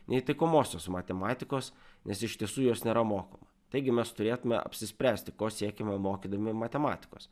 nei taikomosios matematikos nes iš tiesų jos nėra mokoma taigi mes turėtume apsispręsti ko siekiame mokydami matematikos